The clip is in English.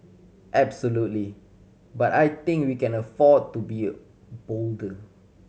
absolutely but I think we can afford to be bolder